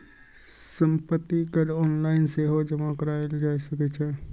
संपत्ति कर ऑनलाइन सेहो जमा कराएल जा सकै छै